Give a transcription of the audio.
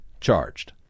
charged